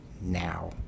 now